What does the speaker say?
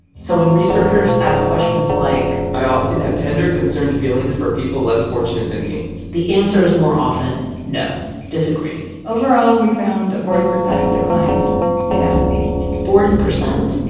so when researchers ask questions like. i often have tender concerned feelings for people less fortunate than me the answer is more often no disagree overall, we found a forty percent decline in empathy forty percent?